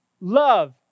Love